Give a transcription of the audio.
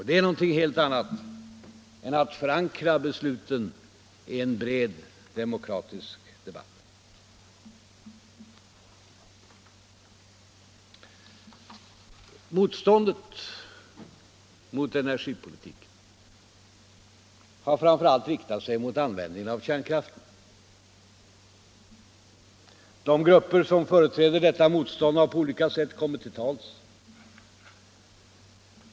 Det är någonting helt annat än att förankra besluten i en bred demokratisk debatt. Motståndet mot energipolitiken har framför allt riktat sig mot användningen av kärnkraften. De grupper som företräder detta motstånd har på olika sätt kommit till tals.